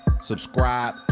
Subscribe